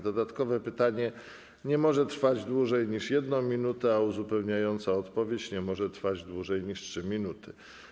Dodatkowe pytanie nie może trwać dłużej niż 1 minutę, a uzupełniająca odpowiedź nie może trwać dłużej niż 3 minuty.